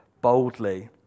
boldly